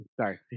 sorry